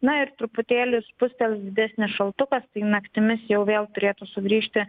na ir truputėlį spustels didesnis šaltukas tai naktimis jau vėl turėtų sugrįžti